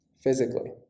physically